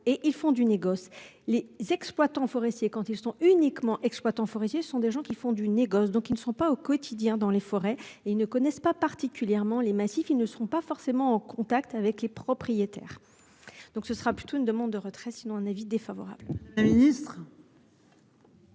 et ils font du négoce, les exploitants forestiers quand ils sont uniquement exploitant forestier, ce sont des gens qui font du négoce, donc ils ne sont pas au quotidien dans les forêts et ils ne connaissent pas particulièrement les massifs. Ils ne seront pas forcément en contact avec les propriétaires. Donc ce sera plutôt une demande de retrait sinon un avis défavorable. Ministre.